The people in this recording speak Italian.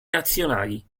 nazionali